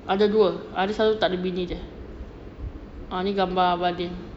ada dua ada satu takde bini dia ah ni gambar abang din